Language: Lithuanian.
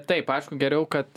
taip aišku geriau kad